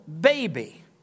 baby